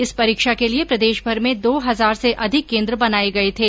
इस परीक्षा के लिए प्रदेशभर में दो हजार से अधिक केन्द्र बनाए गए थे